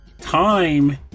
time